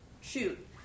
shoot